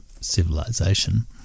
civilization